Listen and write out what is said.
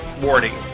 Warning